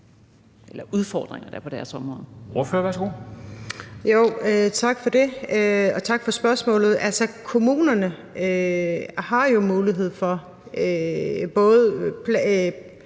eller udfordringer, der er på deres område.